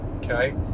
okay